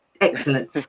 Excellent